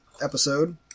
episode